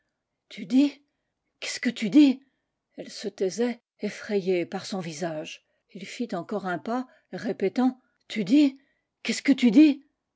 tu dis qu'est-ce que tu dis elle se taisait effrayée par son visage il fit encore un pas répétant tu dis qu'est-ce que tu dis